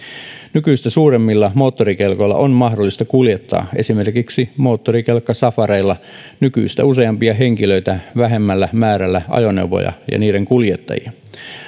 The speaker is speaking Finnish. nykyistä suuremmilla moottorikelkoilla on mahdollista kuljettaa esimerkiksi moottorikelkkasafareilla nykyistä useampia henkilöitä vähemmällä määrällä ajoneuvoja ja niiden kuljettajia